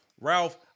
Ralph